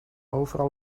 overal